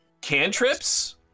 Cantrips